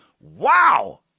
wow